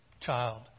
child